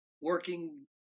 working